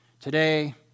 Today